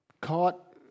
caught